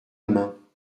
main